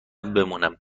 بمونم